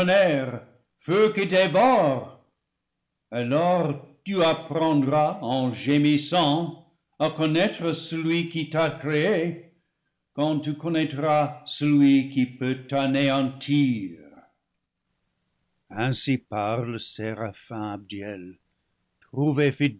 feu qui dé vore alors tu apprendras en gémissant à connaître celui qui t'a créé quand tu connaîtras celui qui peut t'anéantir ainsi parle le séraphin abdiel trouvé